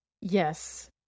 Yes